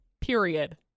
period